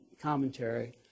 commentary